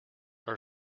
are